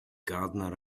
gardener